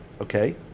Okay